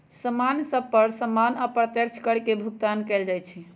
समान सभ पर सामान्य अप्रत्यक्ष कर के भुगतान कएल जाइ छइ